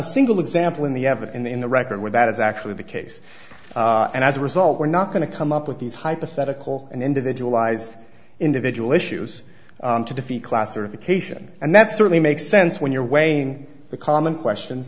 a single example in the haven't in the in the record where that is actually the case and as a result we're not going to come up with these hypothetical and individual eyes individual issues to defeat classification and that certainly makes sense when you're weighing the common questions